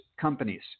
companies